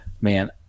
Man